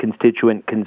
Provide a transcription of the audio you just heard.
constituent